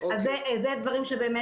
אנחנו עושים